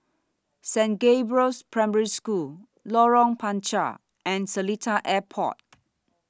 Saint Gabriel's Primary School Lorong Panchar and Seletar Airport